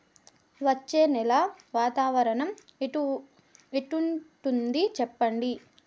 వచ్చే నెల వాతావరణం ఎట్లుంటుంది చెప్పండి?